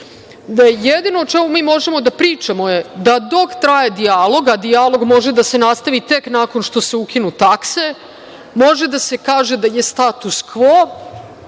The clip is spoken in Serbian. taksi. Jedino o čemu mi možemo da pričamo je da dok traje dijalog, a dijalog može da se nastavi tek nakon što se ukinu takse, može da se kaže da je status kvo,